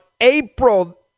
April